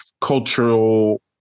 cultural